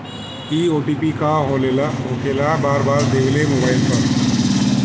इ ओ.टी.पी का होकेला बार बार देवेला मोबाइल पर?